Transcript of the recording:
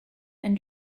and